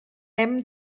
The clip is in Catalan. hem